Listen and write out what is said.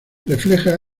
refleja